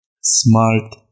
smart